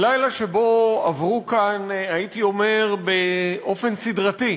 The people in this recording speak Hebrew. לילה שבו עברו כאן, הייתי אומר, באופן סדרתי,